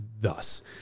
thus